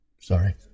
Sorry